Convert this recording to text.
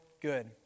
good